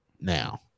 now